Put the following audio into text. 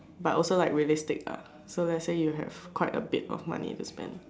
but also like realistic ah so let's say you have quite a bit of money to spend